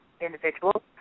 individuals